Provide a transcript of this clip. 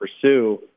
pursue